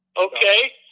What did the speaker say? Okay